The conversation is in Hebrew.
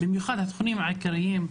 במיוחד התחומים העיקריים,